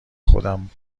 خودم